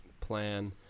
plan